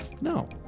No